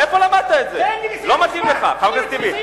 אני מבקש ממך לסיים.